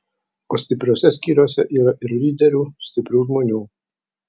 o stipriuose skyriuose yra ir lyderių stiprių žmonių